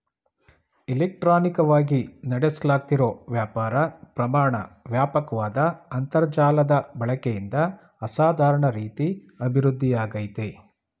ಇಲೆಕ್ಟ್ರಾನಿಕವಾಗಿ ನಡೆಸ್ಲಾಗ್ತಿರೋ ವ್ಯಾಪಾರ ಪ್ರಮಾಣ ವ್ಯಾಪಕ್ವಾದ ಅಂತರ್ಜಾಲದ ಬಳಕೆಯಿಂದ ಅಸಾಧಾರಣ ರೀತಿ ಅಭಿವೃದ್ಧಿಯಾಗಯ್ತೆ